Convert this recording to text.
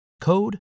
code